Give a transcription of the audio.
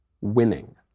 winning